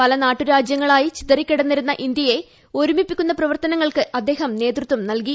പല നാട്ടുരാജ്യങ്ങളായി ചിതറിക്കിടന്നിരുന്ന ഇന്ത്യയെ ഒരുമിപ്പിക്കുന്ന പ്രവർത്തനങ്ങൾക്ക് അദ്ദേഹം നേതൃത്വം നൽകി